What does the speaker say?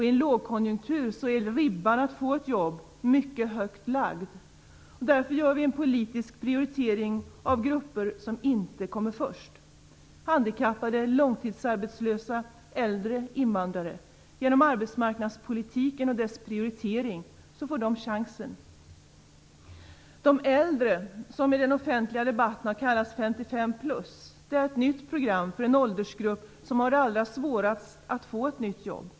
I en lågkonjunktur är ribban för att få ett jobb mycket högt lagd. Därför gör vi en politisk prioritering av grupper som inte kommer först. Det gäller handikappade, långtidsarbetslösa, äldre och invandrare. Genom arbetsmarknadspolitiken och dess prioritering får de chansen. De äldre har i den offentliga debatten kallats 55+. Där har vi ett nytt program för den åldersgrupp som har det allra svårast att få ett nytt jobb.